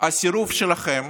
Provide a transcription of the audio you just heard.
הסירוב שלכם